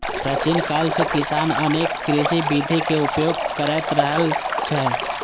प्राचीन काल सं किसान अनेक कृषि विधिक उपयोग करैत रहल छै